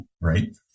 right